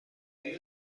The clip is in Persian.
این